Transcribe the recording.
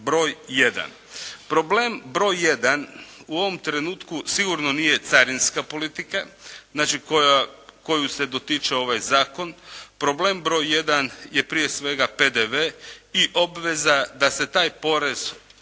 broj jedan? Problem broj jedan u ovom trenutku sigurno nije carinska politika, znači koju se dotiče ovaj zakon. Problem broj jedan je prije svega PDV i obveza da se taj porez